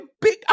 big